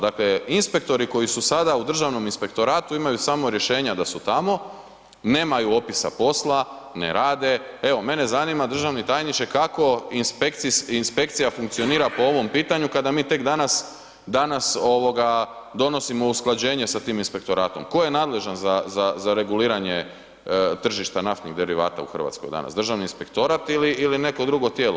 Dakle inspektori koji su sada u Državnom inspektoratu imaju samo rješenja da su tamo, nemaju opisa posla, ne rade, evo mene zanima, državni tajniče kako inspekcija funkcionira po ovom pitanju kada mi tek danas donosimo usklađenje sa tim inspektoratom, tko je nadležan za reguliranje tržišta naftnih derivata u Hrvatskoj, Državni inspektorat ili neko drugo tijelo?